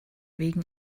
wegen